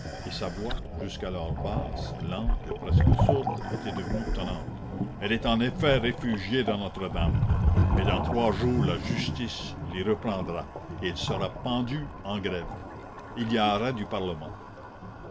et sa voix jusqu'alors basse lente et presque sourde était devenue tonnante elle est en effet réfugiée dans notre-dame mais dans trois jours la justice l'y reprendra et elle sera pendue en grève il y a arrêt du parlement